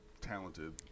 talented